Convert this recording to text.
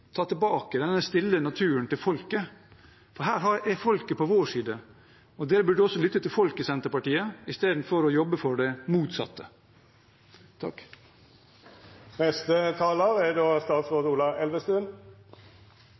ta tilbake den stille naturen til folket, og her har vi folket på vår side. I Senterpartiet burde man også lytte til folket, istedenfor å jobbe for det motsatte.